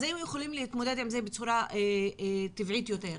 היינו יכולים להתמודד עם זה בצורה טבעית יותר.